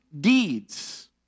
deeds